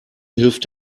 hilft